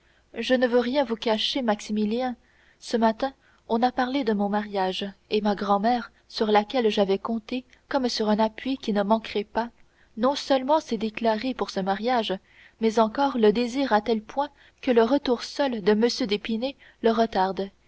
je ne veux rien vous cacher maximilien ce matin on a parlé de mon mariage et ma grand-mère sur laquelle j'avais compté comme sur un appui qui ne manquerait pas non seulement s'est déclarée pour ce mariage mais encore le désire à tel point que le retour seul de m d'épinay le retarde